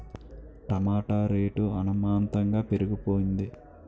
టమాట rate అమాంతంగా పెరిగిపోయింది